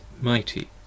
mighty